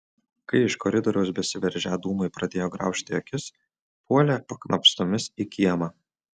kai iš koridoriaus besiveržią dūmai pradėjo graužti akis puolė paknopstomis į kiemą